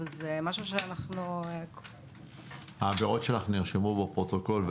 וזה משהו שאנחנו --- ההבהרות שלך נרשמו בפרוטוקול,